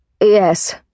Yes